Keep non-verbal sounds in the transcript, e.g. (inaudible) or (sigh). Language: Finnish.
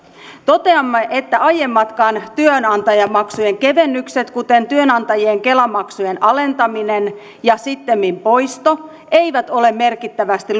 toteamme että aiemmatkaan työnantajamaksujen kevennykset kuten työnantajien kela maksujen alentaminen ja sittemmin poisto eivät ole merkittävästi (unintelligible)